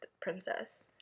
princess